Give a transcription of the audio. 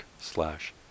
slash